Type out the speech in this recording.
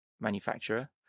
manufacturer